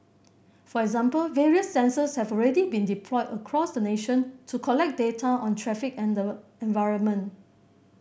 for example various sensors have already been deployed across the nation to collect data on traffic and the environment